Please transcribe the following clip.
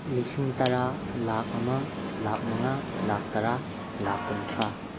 ꯂꯤꯁꯤꯡ ꯇꯔꯥ ꯂꯥꯛ ꯑꯃ ꯂꯥꯛ ꯃꯉꯥ ꯂꯥꯛ ꯇꯔꯥ ꯂꯥꯛ ꯀꯨꯟꯊ꯭ꯔꯥ